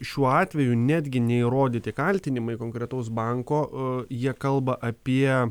šiuo atveju netgi neįrodyti kaltinimai konkretaus banko jie kalba apie